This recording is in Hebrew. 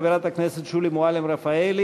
חברת הכנסת שולי מועלם-רפאלי,